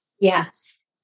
Yes